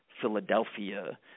Philadelphia